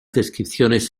descripciones